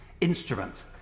instrument